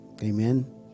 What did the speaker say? Amen